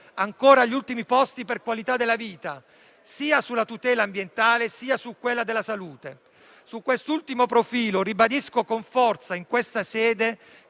ancora agli ultimi posti per qualità della vita, sia sulla tutela ambientale, sia su quella della salute. Su quest'ultimo profilo ribadisco con forza in questa sede